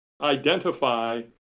identify